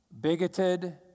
bigoted